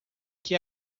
que